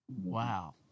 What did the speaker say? Wow